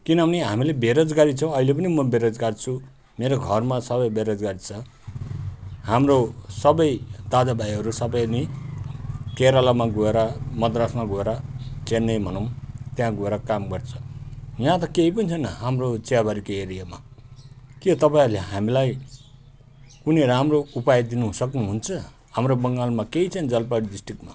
किनभने हामीले बेरोजगारी छौँ अहिले पनि म बेरोजगार छु मेरो घरमा सबै बेरोजगार छ हाम्रो सबै दादा भाइहरू सबै नै केरलामा गएर मद्रासमा गएर चेन्नई भनौँ त्यहाँ गएर काम गर्छ यहाँ त केही पनि छैन हाम्रो चियाबारीको एरियामा के तपाईँहरूले हामीलाई कुनै राम्रो उपाय दिनु सक्नु हुन्छ हाम्रो बङ्गालमा केही छैन जलपाइगुडी डिस्ट्रिक्टमा